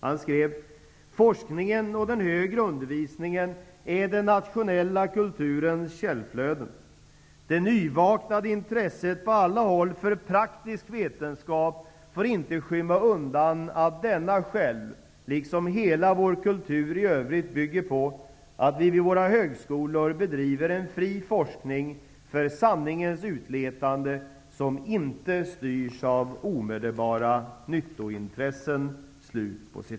Han skrev: ''Forskningen och den högre undervisningen är den nationella kulturens källflöden. Det nyvaknade intresset på alla håll för praktisk vetenskap får inte skymma undan att denna själv liksom hela vår kultur i övrigt bygger på att vid våra högskolor bedrives en fri forskning för ett sanningens utletande som inte styrs av omedelbara nyttointressen.''